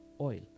Oil